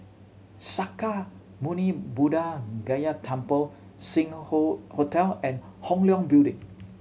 Sakya Muni Buddha Gaya Temple Sing Hoe Hotel and Hong Leong Building